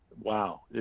wow